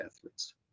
athletes